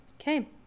okay